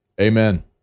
Amen